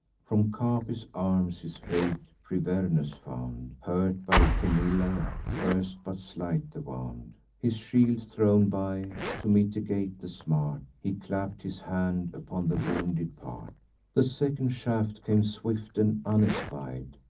from capys' arms his fate privernus found hurt by themilla first-but slight the wound his shield thrown by, to mitigate the smart, he clapp'd his hand upon the wounded part the second shaft came swift and unespied,